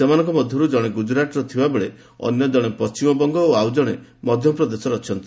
ସେମାନଙ୍କ ମଧ୍ୟରୁ ଜଣେ ଗୁଜରାତର ଥିବା ବେଳେ ଅନ୍ୟ ଜଣେ ପଣ୍ଢିମବଙ୍ଗର ଓ ଆଉ ଜଣେ ମଧ୍ୟପ୍ରଦେଶର ଅଛନ୍ତି